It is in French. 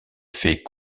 fait